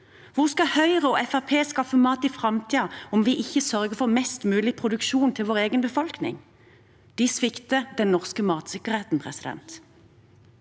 Hvor skal Høyre og Fremskrittspartiet skaffe mat i framtiden om vi ikke sørger for mest mulig produksjon til vår egen befolkning? De svikter den norske matsikkerheten. Hvordan